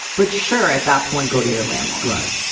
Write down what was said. but sure, at that point, go to your landlord, right?